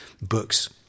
books